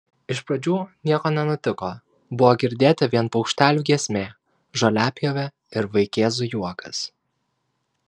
iš pradžių nieko nenutiko buvo girdėti vien paukštelių giesmė žoliapjovė ir vaikėzų juokas